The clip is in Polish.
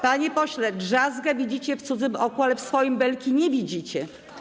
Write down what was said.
Panie pośle, drzazgę widzicie w cudzym oku, ale w swoim belki nie widzicie.